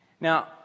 Now